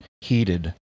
heated